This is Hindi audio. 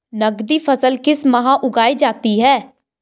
नकदी फसल किस माह उगाई जाती है?